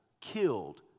killed